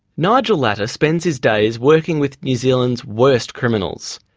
nigel latta spends his days working with new zealand's worst criminals.